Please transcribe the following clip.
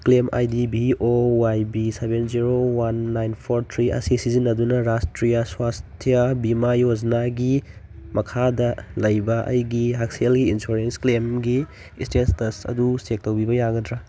claim I D V O Y B seven zero one nine four three ꯑꯁꯤ ꯁꯤꯖꯤꯟꯅꯗꯨꯅ ꯔꯥꯁꯇ꯭ꯔꯨꯌꯥ ꯁ꯭ꯋꯥꯁꯇꯤꯌꯥ ꯕꯤꯃꯥ ꯌꯣꯖꯅꯥꯒꯤ ꯃꯈꯥꯗ ꯂꯩꯕ ꯑꯩꯒꯤ ꯍꯛꯁꯦꯜꯒꯤ ꯏꯟꯁꯨꯔꯦꯟꯁ ꯀ꯭ꯂꯦꯝꯒꯤ ꯏꯁꯇꯦꯇꯁ ꯑꯗꯨ ꯆꯦꯛ ꯇꯧꯕꯤꯕ ꯌꯥꯒꯗ꯭ꯔꯥ